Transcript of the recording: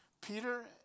Peter